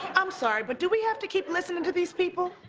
i'm sorry, but do we have to keep listening to these people?